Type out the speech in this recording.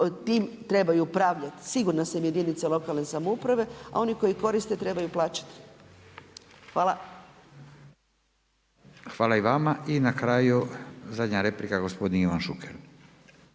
tim trebaju upravljati sigurna sam jedinice lokalne samouprave, a oni koji koriste trebaju plaćati. Hvala. **Radin, Furio (Nezavisni)** Hvala i vama. I na kraju zadnja replika gospodin Ivan Šuker.